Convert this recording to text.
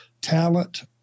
talent